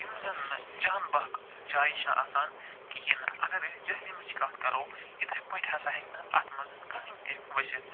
یِم زن نہٕ جان بہک جایہِ چھِ آسان کِہیٖنۍ نہٕ اگر ٲسۍ جہلِمٕچ کتھ کَرو یِتھَے پٲٹھۍ ہَسا ہیٚکہِ نہٕ اتھ منٛز کٕہٕنۍ تہِ ؤسِتھ